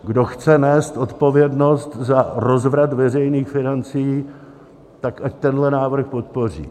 Kdo chce nést odpovědnost za rozvrat veřejných financí, ať tenhle návrh podpoří.